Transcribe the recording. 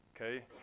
Okay